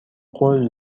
قول